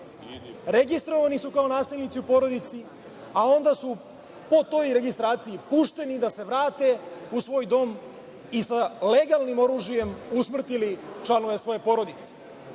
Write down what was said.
Registrovani su kao nasilnici u porodici, a onda su po toj registraciji pušteni da se vrate u svoj dom i sa legalnim oružjem usmrtili članove svoje porodice.